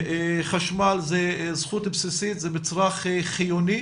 חשמל זה זכות בסיסית, זה מצרך חיוני,